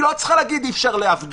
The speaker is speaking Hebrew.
היא לא צריכה להגיד, אי אפשר להפגין.